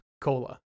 cola